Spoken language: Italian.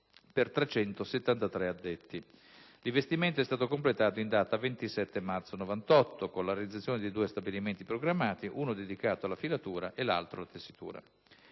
per 373 nuovi addetti. L'investimento è stato completato in data 27 marzo 1998 con la realizzazione dei due stabilimenti programmati, uno dedicato alla filatura e l'altro alla tessitura.